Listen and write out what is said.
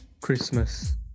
Christmas